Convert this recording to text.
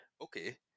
okay